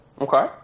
Okay